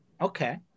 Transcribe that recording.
Okay